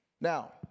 Now